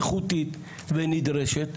איכותית ונדרשת.